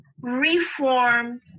reform